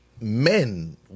men